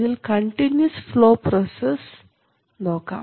ഇതിൽ continuous flow process നോക്കാം